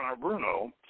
Bruno